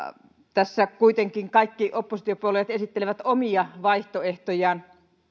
tässä kuitenkin kaikki oppositiopuolueet esittelevät omia vaihtoehtojaan